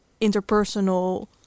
interpersonal